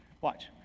Watch